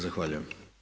Zahvaljujem.